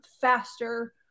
faster